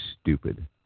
stupid